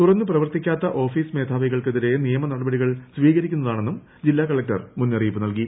തുറന്നു പ്രവർത്തിക്കാത്ത ഓഫീസ് മേധാവികൾക്കെതിരേ നിയമനടപടികൾ സ്വീകരിക്കുന്നതാണെന്നും ജില്ലാ കലക്ടർ മുന്നറിയിപ്പ് നൽകി